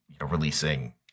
releasing